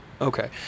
Okay